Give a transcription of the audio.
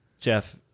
Jeff